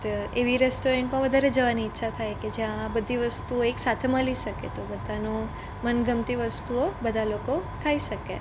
તો એવી રેસ્ટોરન્ટમાં વધારે જવાની ઈચ્છા થાય કે જ્યાં બધી વસ્તુ એક સાથે મળી શકે તો બધાની મનપસંદ વસ્તુઓ બધા લોકો ખાઈ શકે